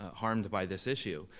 ah harmed by this issue.